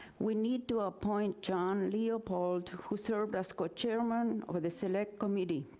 we need to appoint john leopold, who served as co-chairman, for the select committee.